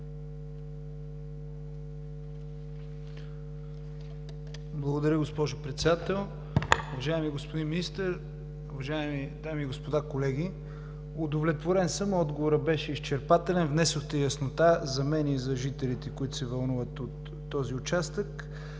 Благодаря, госпожо Председател. Уважаеми господин Министър, уважаеми дами и господа колеги! Удовлетворен съм, отговорът беше изчерпателен. Внесохте яснота за мен и за жителите, които се вълнуват от този участък.